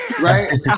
right